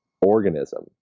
organism